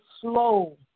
slow